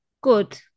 Good